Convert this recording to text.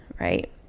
right